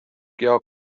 georg